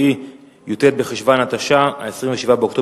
לקריאה שנייה ולקריאה שלישית: הצעת חוק שירות